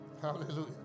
Hallelujah